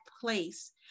place